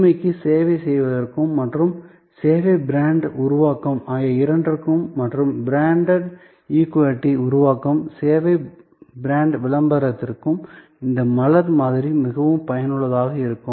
புதுமைக்கு சேவை செய்வதற்கும் மற்றும் சேவை பிராண்ட் உருவாக்கம் ஆகிய இரண்டிற்கும் மற்றும் பிராண்ட் ஈக்விட்டி உருவாக்கும் சேவை பிராண்ட் விளம்பரத்திற்கு இந்த மலர் மாதிரி மிகவும் பயனுள்ளதாக இருக்கும்